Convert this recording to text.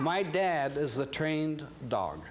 my dad is a trained dog